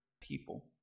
people